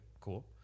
cool